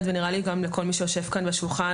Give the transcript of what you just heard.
ונראה לי גם לכל מי שיושב כאן בשולחן,